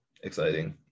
exciting